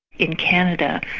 in canada,